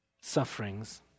sufferings